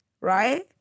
right